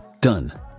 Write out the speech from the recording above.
done